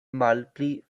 malpli